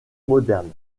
moderne